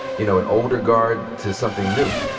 you know, an older guard to something new?